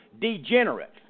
degenerate